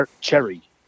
cherry